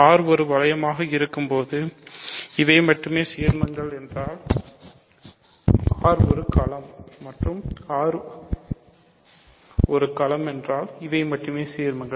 R ஒரு வளையமாக இருக்கும்போது இவை மட்டுமே சீர்மங்கள் என்றால் R ஒரு களம் என்றால் இவை மட்டுமே சீர்மங்கள்